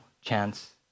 chance